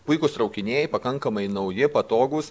puikūs traukiniai pakankamai nauji patogūs